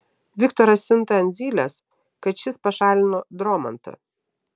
viktoras siunta ant zylės kad šis pašalino dromantą